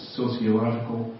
sociological